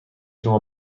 شما